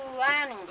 land,